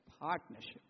Partnership